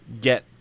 get